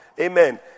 Amen